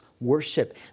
worship